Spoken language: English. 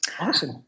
Awesome